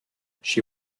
she